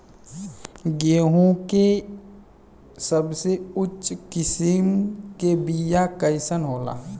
गेहूँ के सबसे उच्च किस्म के बीया कैसन होला?